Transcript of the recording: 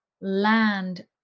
land